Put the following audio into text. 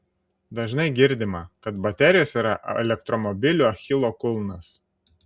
dažnai girdima kad baterijos yra elektromobilių achilo kulnas